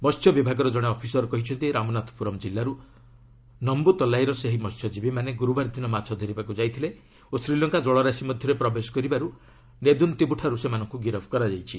ମହ୍ୟ ବିଭାଗର ଜଣେ ଅଫିସର କହିଛନ୍ତି ରାମନାଥପ୍ରରମ୍ ଜିଲ୍ଲାର୍ ନମ୍ଭୁତଲାଇର ସେହି ମହ୍ୟଜୀବୀମାନେ ଗୁରୁବାର ଦିନ ମାଛ ଧରିବାକୁ ଯାଇଥିଲେ ଓ ଶ୍ରୀଲଙ୍କା କଳରାଶି ମଧ୍ୟରେ ପ୍ରବେଶ କରିବାର୍ତ ନେଦୁନ୍ତିବୁଠାରୁ ସେମାନଙ୍କୁ ଗିରଫ କରାଯାଇଛି